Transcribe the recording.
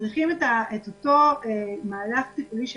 צריכים את אותו מהלך טיפולי שהתחיל,